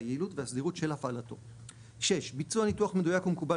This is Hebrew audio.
והיעילות והסדירות של הפעלתו; ביצוע ניתוח מדויק ומקובל